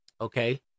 Okay